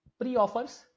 pre-offers